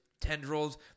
tendrils